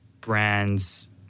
brands